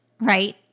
right